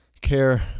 care